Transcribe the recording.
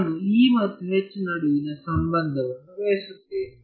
ನಾನು E ಮತ್ತು H ನಡುವಿನ ಸಂಬಂಧವನ್ನು ಬಯಸುತ್ತೇನೆ